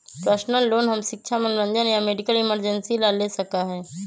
personal loan हम शिक्षा मनोरंजन या मेडिकल इमरजेंसी ला ले सका ही